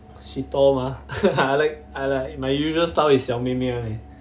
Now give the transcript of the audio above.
she told ma I like I like my usual style is yummy me eh